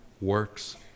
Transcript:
works